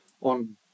on